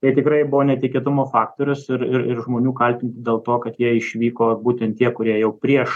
ir tikrai buvo netikėtumo faktorius ir ir ir žmonių kaltinti dėl to kad jie išvyko būtent tie kurie jau prieš